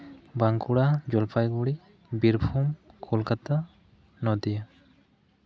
Bankura Jalpaiguri Birbhum Kolkata Nadia